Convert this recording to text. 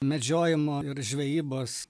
medžiojimo ir žvejybos